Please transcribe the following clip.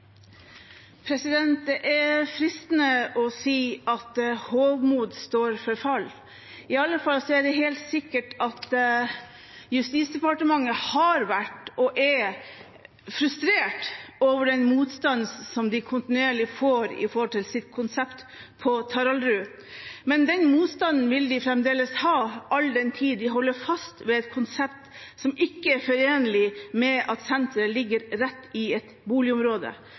fristende å si at hovmod står for fall. I alle fall er det helt sikkert at Justisdepartementet har vært og er frustrert over den motstanden som de kontinuerlig får mot sitt konsept på Taraldrud. Men den motstanden vil de fremdeles få, all den tid de holder fast ved et konsept som ikke er forenlig med at senteret ligger rett ved et boligområde.